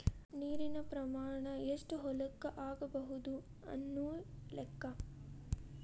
ನೇರಿನ ಪ್ರಮಾಣಾ ಎಷ್ಟ ಹೊಲಕ್ಕ ಆಗಬಹುದು ಅನ್ನು ಲೆಕ್ಕಾ